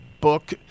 book